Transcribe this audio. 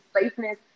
safeness